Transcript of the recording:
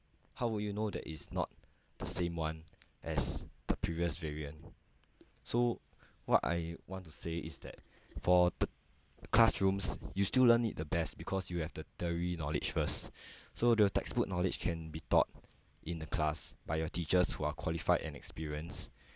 how would you know that it's not the same [one] as the previous variant so what I want to say is that for the classrooms you still learn it the best because you have the theory knowledge first so the textbook knowledge can be taught in a class by your teachers who are qualified and experienced